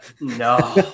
No